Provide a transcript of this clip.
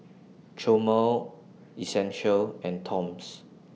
Chomel Essential and Toms